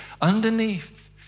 underneath